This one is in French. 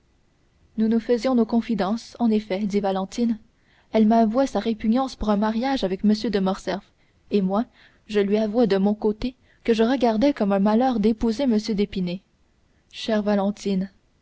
nous nous faisions nos confidences en effet dit valentine elle m'avouait sa répugnance pour un mariage avec m de morcerf et moi je lui avouais de mon côté que je regardais comme un malheur d'épouser m d'épinay chère